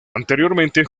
anteriormente